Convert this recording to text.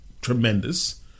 tremendous